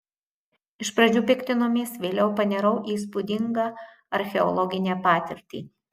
iš pradžių piktinomės vėliau panirau į įspūdingą archeologinę patirtį